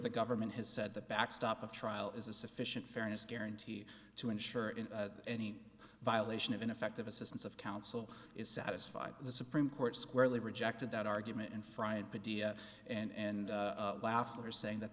the government has said the backstop of trial is a sufficient fairness guarantee to ensure in any violation of ineffective assistance of counsel is satisfied the supreme court squarely rejected that argument and fry and padilla and after saying that